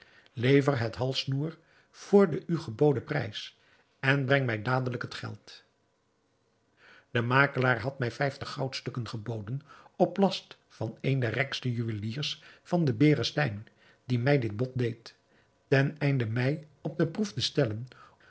lever het halssnoer voor den u geboden prijs en breng mij dadelijk het geld de makelaar had mij vijftig goudstukken geboden op last van een der rijkste juweliers van den berestein die mij dit bod deed ten einde mij op de proef te stellen